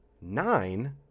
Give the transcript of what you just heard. nine